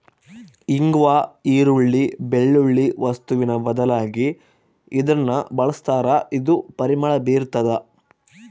ಇಂಗ್ವಾ ಈರುಳ್ಳಿ, ಬೆಳ್ಳುಳ್ಳಿ ವಸ್ತುವಿನ ಬದಲಾಗಿ ಇದನ್ನ ಬಳಸ್ತಾರ ಇದು ಪರಿಮಳ ಬೀರ್ತಾದ